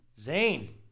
Zane